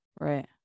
Right